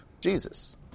Jesus